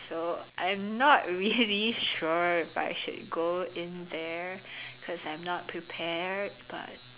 so I am not really sure but I should go in there because I am not prepared but